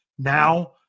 Now